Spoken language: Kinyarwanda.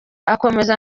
akomeza